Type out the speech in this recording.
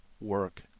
work